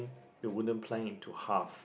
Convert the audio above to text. the wooden plank into half